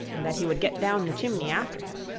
and that he would get down the chimney after him.